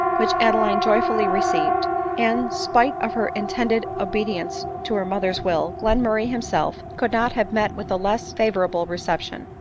which adeline joyfully received and, spite of her intended obedience to her mother's will, glenmurray himself could not have met with a less fa vorable reception,